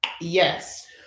Yes